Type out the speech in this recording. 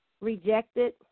rejected